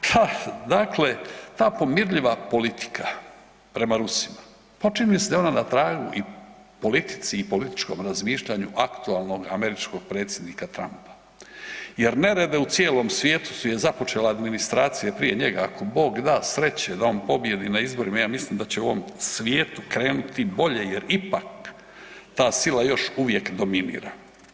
Pa dakle, ta pomirljiva politika prema Rusima, počinili ste ono na tragu i politici i političkom razmišljanju aktualnog američkog predsjednika Trumpa jer nerede u cijelom svijetu su je započele administracije prije njega, ako Bog da sreće da on pobjedi na izborima, ja mislim da će u ovom svijetu krenuti bolje jer ipak ta sila još uvijek dominira.